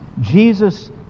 Jesus